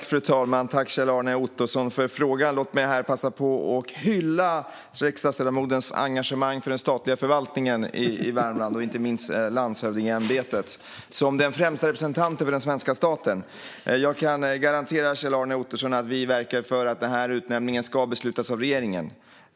Fru talman! Tack, Kjell-Arne Ottosson, för frågan! Låt mig här passa på att hylla riksdagsledamotens engagemang för den statliga förvaltningen i Värmland, inte minst landshövdingeämbetet som den främsta representanten för den svenska staten. Jag kan garantera Kjell-Arne Ottosson att vi verkar för att denna utnämning ska beslutas av regeringen.